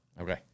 okay